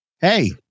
Hey